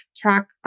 track